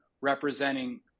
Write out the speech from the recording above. representing